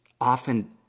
often